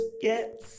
get